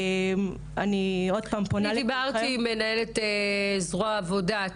אני דיברתי השבוע עם מנהלת זרוע עבודה,